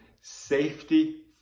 safety